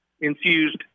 infused